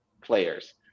players